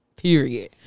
Period